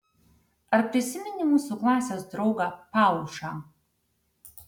ar prisimeni mūsų klasės draugą paušą